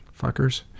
Fuckers